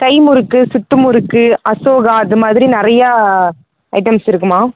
கை முறுக்கு சுற்று முறுக்கு அசோகா அது மாதிரி நிறையா ஐட்டம்ஸ் இருக்குது மா